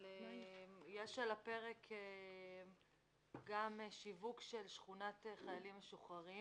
אבל יש על הפרק גם שיווק של שכונת חיילים משוחררים